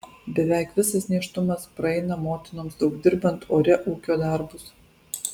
beveik visas nėštumas praeina motinoms daug dirbant ore ūkio darbus